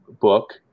book